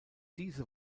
diese